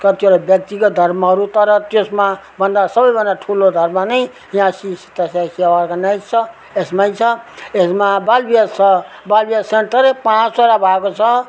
कतिवटा व्यक्तिगत धर्महरू तर त्यसमा भन्दा सबैभन्दा ठुलो धर्म नै यहाँ श्री सत्य साई सेवा अर्गनाइज छ यसमै छ यसमा बालविकास छ बालविकास सेन्टरै पाँचवटा भएको छ